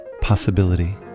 possibility